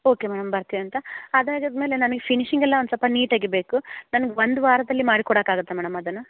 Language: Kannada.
ಓಕೆ ಮೇಡಮ್ ಭರ್ತಿ ಅಂತ ಅದಾ ಹಾಗಿದ್ದ ಮೇಲೆ ನನಗೆ ಫಿನಿಶಿಂಗ್ ಎಲ್ಲ ಒಂದು ಸ್ವಲ್ಪ ನೀಟಾಗಿ ಬೇಕು ನನಗೆ ಒಂದು ವಾರದಲ್ಲಿ ಮಾಡಿ ಕೊಡೋಕೆ ಆಗುತ್ತಾ ಮೇಡಮ್ ಅದನ್ನು